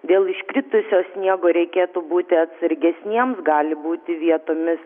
dėl iškritusio sniego reikėtų būti atsargesniems gali būti vietomis